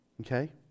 Okay